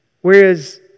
Whereas